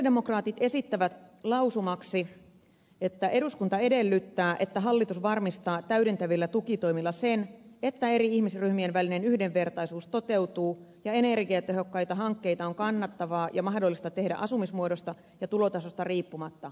sosialidemokraatit esittävät lausumaksi että eduskunta edellyttää että hallitus varmistaa täydentävillä tukitoimilla sen että eri ihmisryhmien välinen yhdenvertaisuus toteutuu ja energiatehokkaita hankkeita on kannattavaa ja mahdollista tehdä asumismuodosta ja tulotasosta riippumatta